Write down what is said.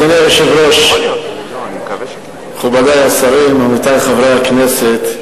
אדוני היושב-ראש, מכובדי השרים, עמיתי חברי הכנסת,